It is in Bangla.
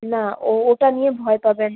না ও ওটা নিয়ে ভয় পাবেন